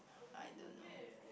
I don't know